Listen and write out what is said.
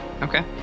Okay